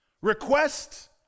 Request